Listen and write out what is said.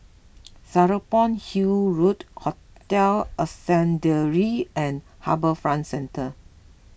Serapong Hill Road Hotel Ascendere and HarbourFront Centre